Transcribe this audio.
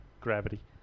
gravity